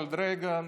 רונלד רייגן.